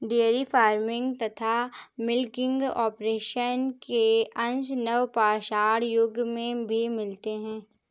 dairy farming तथा milking operation के अंश नवपाषाण युग में भी मिलते हैं